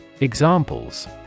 Examples